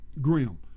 grim